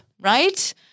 right